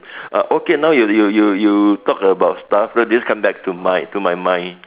uh okay now you you you you talk about starfruit this come back to mind to my mind